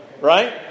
Right